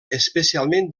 especialment